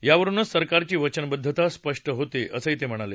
यावरूनच सरकारची वचनबद्धता सहज स्पष्ट होते असंही ते म्हणाले